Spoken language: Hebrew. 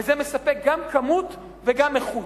וזה מספק גם כמות וגם איכות.